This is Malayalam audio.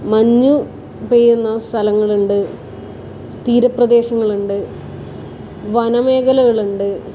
മഞ്ഞ് പെയ്യുന്ന സ്ഥലങ്ങളുണ്ട് തീരപ്രദേശങ്ങളുണ്ട് വനമേഖലകളുണ്ട്